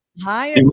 Hi